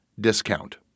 discount